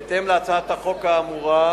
בהתאם להצעת החוק האמורה,